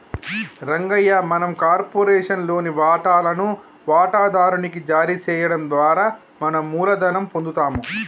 రంగయ్య మనం కార్పొరేషన్ లోని వాటాలను వాటాదారు నికి జారీ చేయడం ద్వారా మనం మూలధనం పొందుతాము